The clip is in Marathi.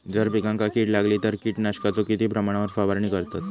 जर पिकांका कीड लागली तर कीटकनाशकाचो किती प्रमाणावर फवारणी करतत?